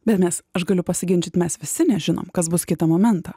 bet mes aš galiu pasiginčyt mes visi nežinom kas bus kitą momentą